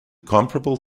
comparable